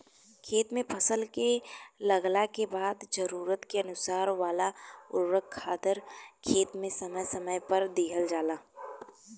खेत में फसल के लागला के बाद जरूरत के अनुसार वाला उर्वरक खादर खेत में समय समय पर दिहल जाला